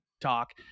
talk